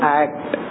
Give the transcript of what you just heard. act